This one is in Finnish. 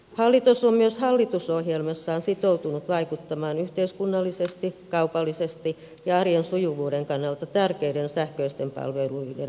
hallitus on myös hallitusohjelmassaan sitoutunut vaikuttamaan yhteiskunnallisesti kaupallisesti ja arjen sujuvuuden kannalta tärkeiden sähköisten palveluiden esteettömyyteen